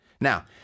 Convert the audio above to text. Now